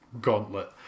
gauntlet